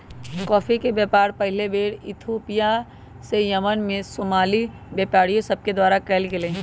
coffee के व्यापार पहिल बेर इथोपिया से यमन में सोमाली व्यापारि सभके द्वारा कयल गेलइ